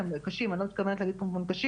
קשים ואני לא מתכוונת להגיד פה מונגשים,